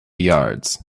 yards